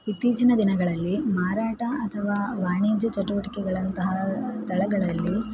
ಇತ್ತೀಚಿನ ದಿನಗಳಲ್ಲಿ ಮಾರಾಟ ಅಥವಾ ವಾಣಿಜ್ಯ ಚಟುವಟಿಕೆಗಳಂತಹ ಸ್ಥಳಗಳಲ್ಲಿ